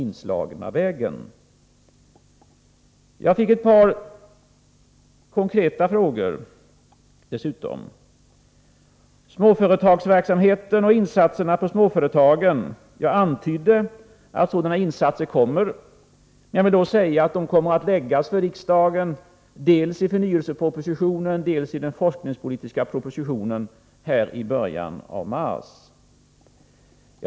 Jag fick dessutom ett par konkreta frågor som jag skall försöka besvara. Jag antydde i mitt anförande att insatser för småföretagen kommer att göras. Förslag därom kommer att framläggas dels i förnyelsepropositionen, dels i den forskningspolitiska propositionen i början av mars.